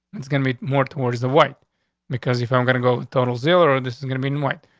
it's gonna be more towards the white because if i'm gonna go total zieler, ah this is gonna be in white.